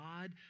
God